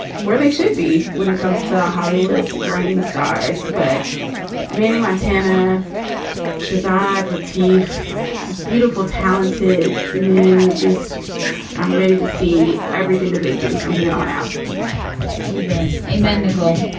where they should be when it comes to hollywood's reigning stars but many montana shahzad latif is beautiful, talented men. just i'm ready to see everything that they do from here on out gabin, a man. nicole